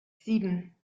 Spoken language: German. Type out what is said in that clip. sieben